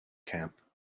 camp